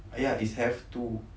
ya is have to